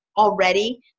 already